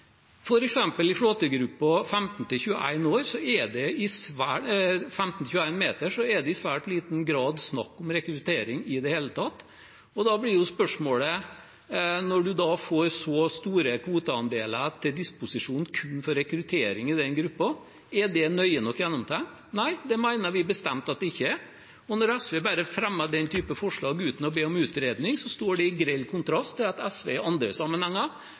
er det for flåtegruppen 15–21 meter i svært liten grad snakk om rekruttering i det hele tatt. Da blir spørsmålet: Når man får så store kvoteandeler til disposisjon kun for rekruttering i den gruppen, er det nøye nok gjennomtenkt? Nei, det mener vi bestemt at det ikke er. Når SV bare fremmer den type forslag uten å be om utredning, står det i grell kontrast til at SV i andre sammenhenger